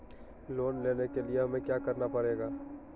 Loan लेने के लिए हमें क्या क्या करना पड़ेगा?